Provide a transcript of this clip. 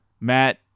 Matt